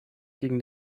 gegen